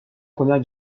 première